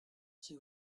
she